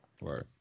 Right